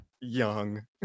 young